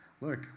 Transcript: look